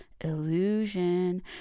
illusion